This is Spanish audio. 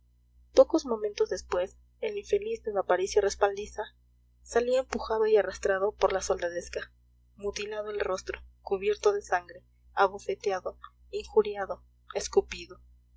pocos momentos después el infeliz d aparicio respaldiza salía empujado y arrastrado por la soldadesca mutilado el rostro cubierto de sangre abofeteado injuriado escupido